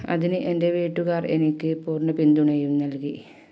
അതിന് എൻ്റെ വീട്ടുകാർ എനിക്ക് പൂർണ്ണ പിന്തുണയും നൽകി